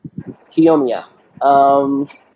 Kiyomiya